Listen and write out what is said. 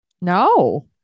no